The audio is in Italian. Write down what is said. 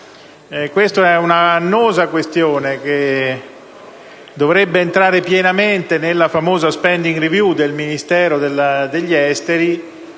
Questa è una annosa questione, che dovrebbe entrare pienamente nella famosa *spending review* del Ministero degli affari